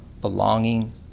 belonging